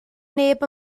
neb